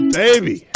baby